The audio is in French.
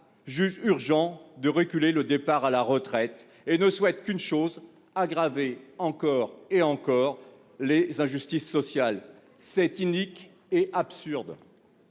jugent urgent de reculer le départ à la retraite. Elles ne souhaitent qu'une chose : aggraver encore et encore les injustices sociales. C'est inique et absurde.